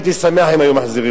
הייתי שמח אם היו מחזירים